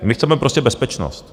My chceme prostě bezpečnost.